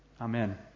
Amen